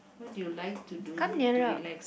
what do you like to do to relax